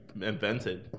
invented